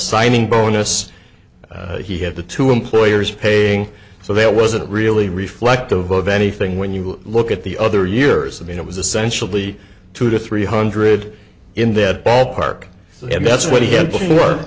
signing bonus he had the two employers paying so that wasn't really reflective of anything when you look at the other years i mean it was essentially two to three hundred in that ballpark and that's what